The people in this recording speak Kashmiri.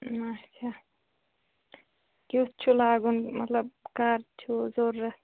اچھا کیُتھ چھُ لاگُن مطلب کَر چھُو ضرٗورت